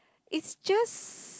it's just